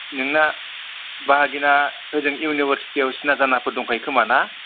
नोंना बाहागिना होजों इउनिभारसिटियाव सिना जानाफोर दंखायो खोमा ना